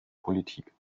politik